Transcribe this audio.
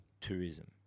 Tourism